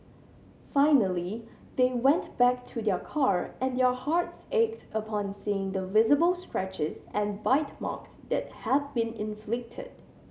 finally they went back to their car and their hearts ached upon seeing the visible scratches and bite marks that had been inflicted